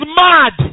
mad